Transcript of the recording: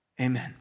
Amen